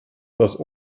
das